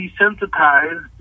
desensitized